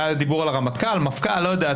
היה דיבור על הרמטכ"ל, המפכ"ל אני לא יודע.